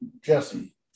Jesse